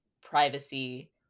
privacy